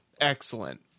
Excellent